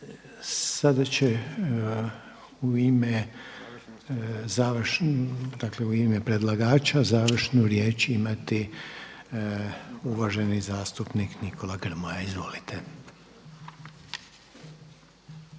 Sada će u ime predlagača završnu riječ imati uvaženi zastupnik Nikola Grmoja. Izvolite.